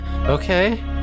Okay